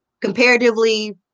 comparatively